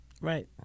Right